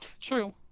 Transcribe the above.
True